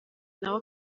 nawe